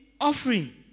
offering